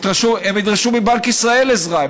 הם ידרשו מבנק ישראל עזרה,